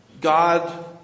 God